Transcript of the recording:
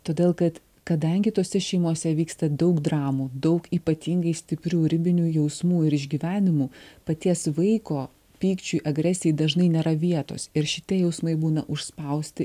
todėl kad kadangi tose šeimose vyksta daug dramų daug ypatingai stiprių ribinių jausmų ir išgyvenimų paties vaiko pykčiui agresijai dažnai nėra vietos ir šitie jausmai būna užspausti